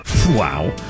Wow